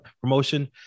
promotion